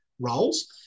roles